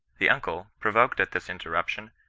the uncle, provoked at this interrup tion,